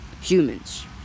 humans